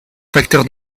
facteur